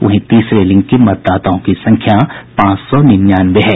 वहीं तीसरे लिंग के मतदाताओं की संख्या पांच सौ निन्यानवे है